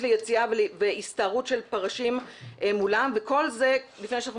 ליציאה והסתערות של פרשים מולם וכל זה לפני שאנחנו